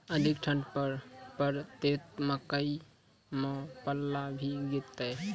अधिक ठंड पर पड़तैत मकई मां पल्ला भी गिरते?